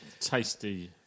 tasty